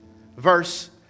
verse